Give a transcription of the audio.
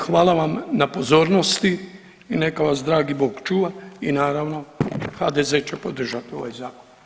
Hvala vam na pozornosti i neka vas dragi Bog čuva i naravno HDZ će podržati ovaj zakon.